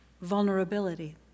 vulnerability